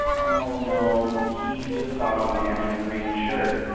oh, no. um he just saw a man in a green shirt.